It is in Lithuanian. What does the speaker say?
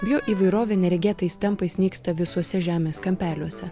bioįvairovė neregėtais tempais nyksta visuose žemės kampeliuose